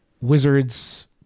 Wizards